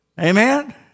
Amen